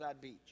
Beach